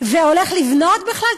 והולך לבנות בכלל,